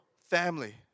family